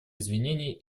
извинения